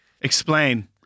Explain